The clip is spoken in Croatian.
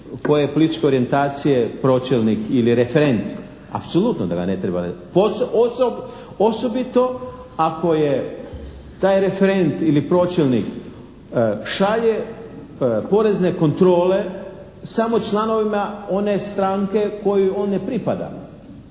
koje je političke orijentacije pročelnik ili referent, apsolutno da ga ne treba, osobito ako je taj referent ili pročelnik šalje porezne kontrole samo članovima one stranke kojoj on ne pripada.